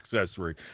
accessory